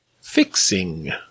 Fixing